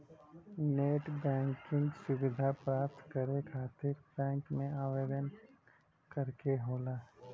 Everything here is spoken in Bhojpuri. नेटबैंकिंग क सुविधा प्राप्त करे खातिर बैंक में आवेदन करे क होला